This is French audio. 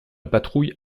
patrouille